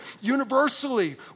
universally